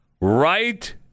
Right